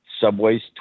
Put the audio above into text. Subway's